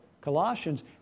Colossians